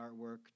artwork